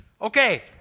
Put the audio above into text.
okay